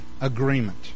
agreement